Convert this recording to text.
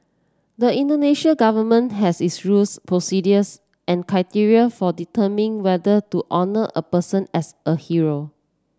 the Indonesian Government has its rules procedures and criteria for determining whether to honour a person as a hero